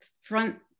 front